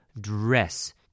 Dress